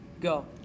go